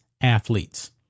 athletes